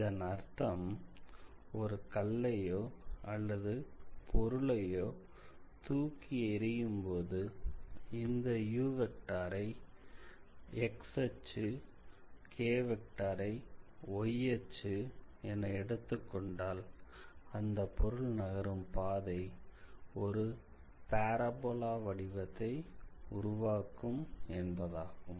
இதன் அர்த்தம் ஒரு கல்லையோ அல்லது பொருளையோ தூக்கி எறியும் போது இந்த ஐ x அச்சு ஐ y அச்சு என்று எடுத்துக் கொண்டால் அந்தப் பொருள் நகரும் பாதை ஒரு பாராபோலா வடிவத்தை உருவாக்கும் என்பதாகும்